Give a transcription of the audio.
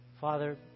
Father